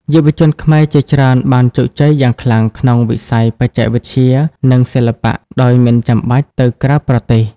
យុវជនខ្មែរជាច្រើនបានជោគជ័យយ៉ាងខ្លាំងក្នុងវិស័យបច្ចេកវិទ្យា និងសិល្បៈ ដោយមិនចាំបាច់ទៅក្រៅប្រទេស។